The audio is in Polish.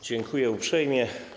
Dziękuję uprzejmie.